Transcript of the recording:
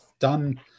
done